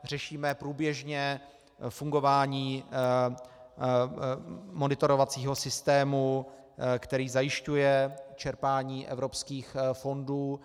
Řešíme průběžně fungování monitorovacího systému, který zajišťuje čerpání evropských fondů.